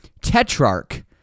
Tetrarch